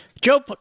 Joe